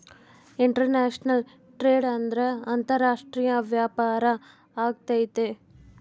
international trade ಅಂದ್ರೆ ಅಂತಾರಾಷ್ಟ್ರೀಯ ವ್ಯಾಪಾರ ಆಗೈತೆ